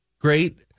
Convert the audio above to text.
great